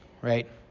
right